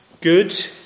Good